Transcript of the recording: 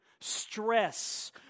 stress